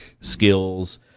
skills